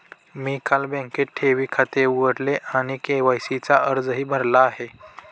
मी काल बँकेत ठेवी खाते उघडले आणि के.वाय.सी चा अर्जही भरला आहे